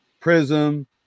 prism